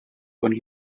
von